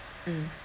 mm